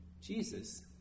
Jesus